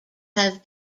have